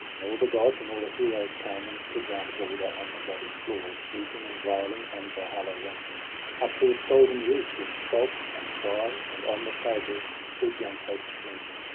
and all the gods and all the heroes came, and stood round balder on the bloody floor, weeping and wailing and valhalla rang up to its golden roof with sobs and cries. and on the tables stood the untasted meats.